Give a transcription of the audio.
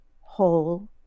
whole